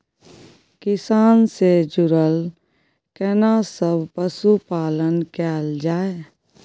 किसान से जुरल केना सब पशुपालन कैल जाय?